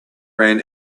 ran